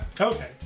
Okay